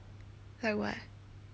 like what